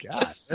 God